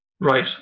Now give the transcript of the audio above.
Right